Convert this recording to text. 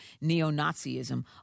neo-Nazism